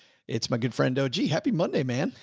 it's my good friend. og. happy monday, man.